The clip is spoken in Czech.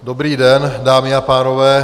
Dobrý den, dámy a pánové.